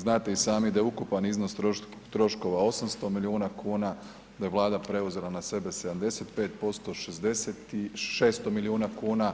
Znate i sami da je ukupan iznos troškova 800 milijuna kuna, da je Vlada preuzela na sebe 75%, ... 600 milijuna kuna